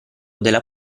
della